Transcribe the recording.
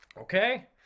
Okay